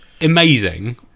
amazing